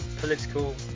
political